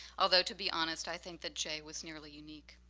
although, to be honest i think that jay was nearly unique.